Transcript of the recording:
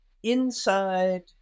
inside